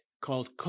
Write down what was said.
called